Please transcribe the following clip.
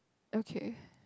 okay